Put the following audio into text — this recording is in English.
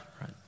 right